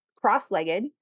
cross-legged